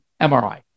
MRI